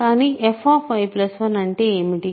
కానీ fy1 అంటే ఏమిటి